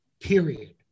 period